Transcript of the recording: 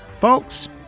Folks